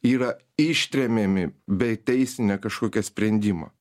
yra ištremiami be teisinė kažkokia sprendimo